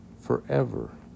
forever